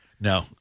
No